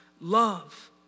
love